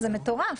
זה מטורף.